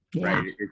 right